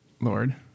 Lord